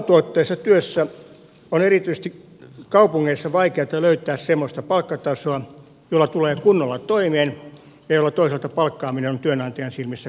huonotuottoisessa työssä on erityisesti kaupungeissa vaikeata löytää semmoista palkkatasoa jolla tulee kunnolla toimeen ja toisaalta jolla palkkaaminen on työnantajan silmissä kannattavaa